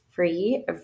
Free